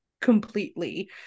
completely